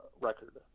record